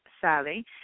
Sally